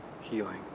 healing